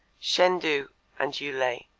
shen tu and yu lei,